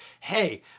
hey